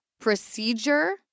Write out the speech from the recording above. procedure